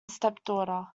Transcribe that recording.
stepdaughter